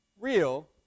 real